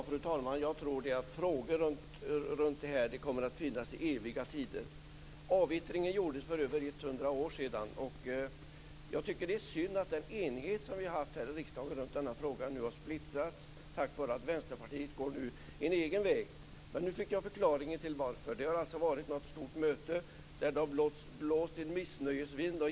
Fru talman! Jag tror att frågor runt detta kommer att finnas i eviga tider. Avvittringen gjordes för över hundra år sedan. Jag tycker att det är synd att den enighet som vi har haft här i riksdagen i denna fråga har splittrats därför att Vänsterpartiet nu går sin egen väg. Men nu fick jag förklaringen. Det har alltså varit ett stort möte, där det har blåst en missnöjesvind.